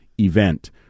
event